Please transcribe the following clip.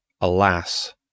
Alas